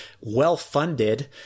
well-funded